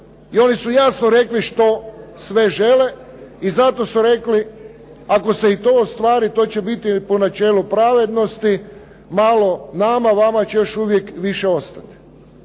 i oni su jasno rekli što sve žele i zato su rekli ako se i to ostvari, to će biti po načelu pravednosti, malo nama, vama će još uvijek više ostati.